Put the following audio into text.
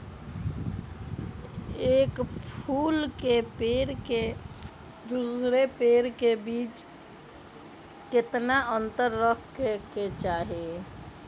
एक फुल के पेड़ के दूसरे पेड़ के बीज केतना अंतर रखके चाहि?